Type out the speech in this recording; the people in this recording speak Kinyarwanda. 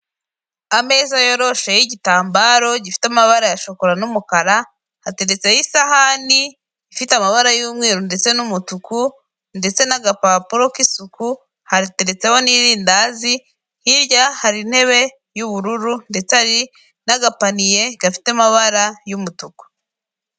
Ameza yorosheho igitambaro gifite amabara ya shokora n'umukara hateretse isahani ifite amabara y'umweru ndetse n'umutuku ndetse n'agapapuro k'isuku hateretseho n'irindazi hirya hari intebe y'ubururu ndetse hari n'agapaniye gafite amabara y'umutuku.